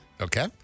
Okay